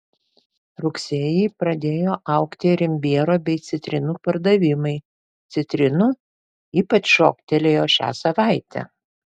rugsėjį pradėjo augti ir imbiero bei citrinų pardavimai citrinų ypač šoktelėjo šią savaitę